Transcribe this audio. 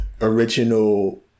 original